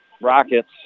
Rockets